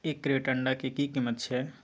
एक क्रेट अंडा के कीमत की छै?